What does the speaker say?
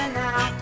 now